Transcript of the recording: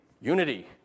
unity